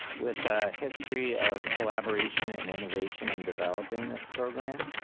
with a history of collaboration and innovation in developing this program.